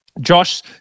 Josh